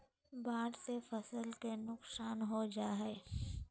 बाढ़ से फसल के नुकसान हो जा हइ